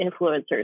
influencers